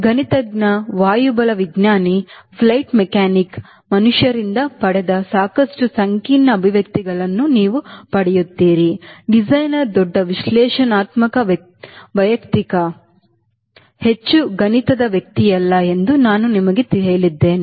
ಗಣಿತಜ್ಞ ವಾಯುಬಲವಿಜ್ಞಾನಿ flight mechanics ಮನುಷ್ಯರಿಂದ ಪಡೆದ ಸಾಕಷ್ಟು ಸಂಕೀರ್ಣ ಅಭಿವ್ಯಕ್ತಿಗಳನ್ನು ನೀವು ಪಡೆಯುತ್ತೀರಿ ಡಿಸೈನರ್ ದೊಡ್ಡ ವಿಶ್ಲೇಷಣಾತ್ಮಕ ವೈಯಕ್ತಿಕ ಹೆಚ್ಚು ಗಣಿತದ ವ್ಯಕ್ತಿಯಲ್ಲ ಎಂದು ನಾನು ನಿಮಗೆ ಹೇಳಿದ್ದೇನೆ